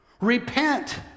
repent